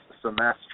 semester